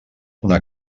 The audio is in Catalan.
una